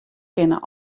kinne